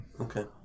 okay